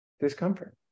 discomfort